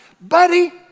Buddy